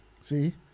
See